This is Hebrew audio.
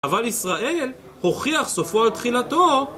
אבל ישראל הוכיח סופו התחילתו